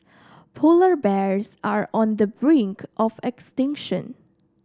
polar bears are on the brink of extinction